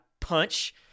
punch